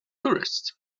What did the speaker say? tourists